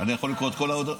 אני יכול לקרוא את כל ההודעות?